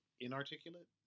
inarticulate